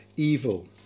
Evil